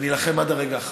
ונילחם עד הרגע האחרון,